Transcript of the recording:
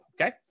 okay